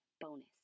bonus